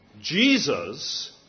Jesus